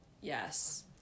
Yes